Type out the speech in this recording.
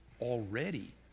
already